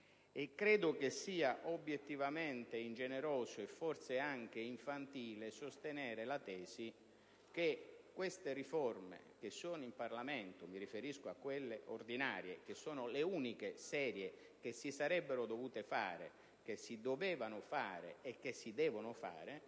credo sia obiettivamente ingeneroso e forse anche infantile sostenere la tesi che le riforme che sono in Parlamento (mi riferisco a quelle ordinarie, che sono le uniche serie che si sarebbero dovute fare, che si dovevano fare e che si devono fare)